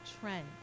trend